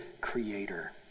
creator